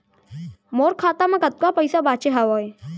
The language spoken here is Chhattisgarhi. मोर खाता मा कतका पइसा बांचे हवय?